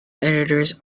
editors